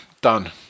Done